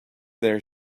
their